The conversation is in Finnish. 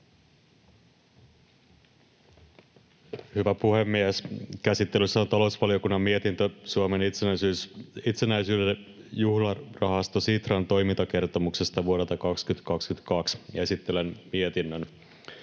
Hyvä puhemies! Käsittelyssä on talousvaliokunnan mietintö Suomen itsenäisyyden juhlarahasto Sitran toimintakertomuksesta vuodelta 2022, ja esittelen mietinnön.